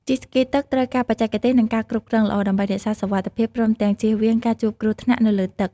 ជិះស្គីទឹកត្រូវការបច្ចេកទេស និងការគ្រប់គ្រងល្អ ដើម្បីរក្សាសុវត្ថិភាព ព្រមទាំងជៀសវាងការជួបគ្រោះថ្នាក់នៅលើទឹក។